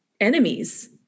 enemies